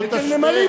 אל תשווה,